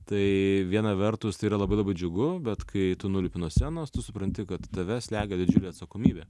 tai viena vertus tai yra labai labai džiugu bet kai tu nulipi nuo scenos tu supranti kad tave slegia didžiulė atsakomybė